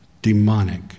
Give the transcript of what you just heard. Demonic